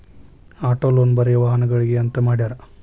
auto loan ಬರೆ ವಾಹನಗ್ಳಿಗೆ ಅಂತ್ ಮಾಡ್ಯಾರ